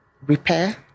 repair